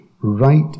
right